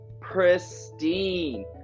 pristine